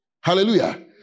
Hallelujah